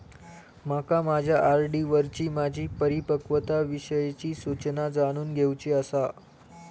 माका माझ्या आर.डी वरची माझी परिपक्वता विषयची सूचना जाणून घेवुची आसा